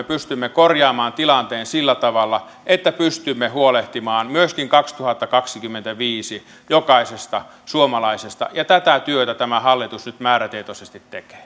pystymme korjaamaan tilanteen sillä tavalla että pystymme huolehtimaan myöskin kaksituhattakaksikymmentäviisi jokaisesta suomalaisesta ja tätä työtä tämä hallitus nyt määrätietoisesti tekee